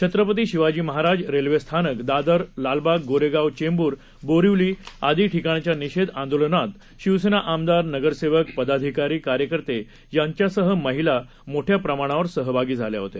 छत्रपती शिवाजी महाराज रेल्वेस्थानक दादर लालबाग गोरेगाव चेंबूर बोरिवली आदी ठिकाणच्या निषेध आंदोलनात शिवसेना आमदार नगरसेवक पदाधिकारी कार्यकर्ते यांच्यासह महिला मोठ्या प्रमाणावर सहभागी झाल्या होत्या